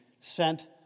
sent